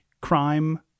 crime